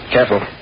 Careful